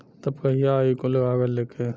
तब कहिया आई कुल कागज़ लेके?